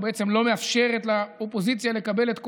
ובעצם לא מאפשרת לאופוזיציה לקבל את כוחה,